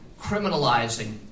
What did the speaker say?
criminalizing